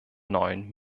neuen